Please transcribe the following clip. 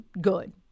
good